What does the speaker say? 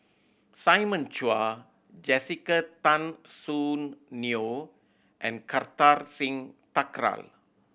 Simon Chua Jessica Tan Soon Neo and Kartar Singh Thakral